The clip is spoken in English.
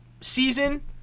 season